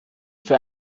für